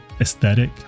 aesthetic